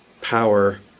power